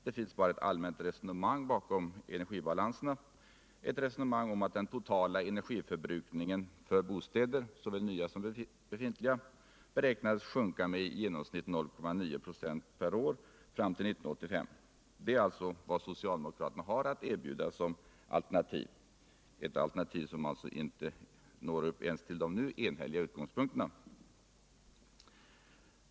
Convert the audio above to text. Det finns bara ett allmänt resonemang bakom energibalanserna — ett resonemang 65 om att den totala energiförbrukningen för bostäder, såväl nya som befintliga, beräknades sjunka med i genomsnitt 0,9 24 per år fram ull 1985. Det är alltså vad socialdemokraterna har att erbjuda som alternativ — ett alternativ som alltså inte ens når upp till de nu enhälliga utgångspunkterna.